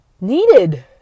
needed